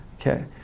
Okay